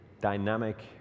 dynamic